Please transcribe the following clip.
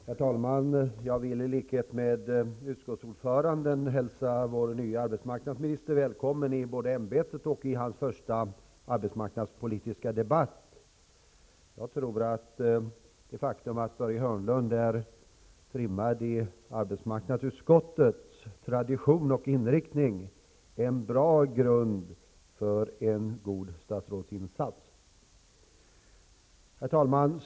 Herr talman! Jag ber i likhet med utskottsordföranden att få hälsa vår nye arbetsmarknadsminister välkommen i både ämbetet och hans första arbetsmarknadspolitiska debatt. Det faktum att Börje Hörnlund är trimmad i arbetsmarknadsutskottets tradition och inriktning tror jag utgör en bra grund för en god statsrådsinsats.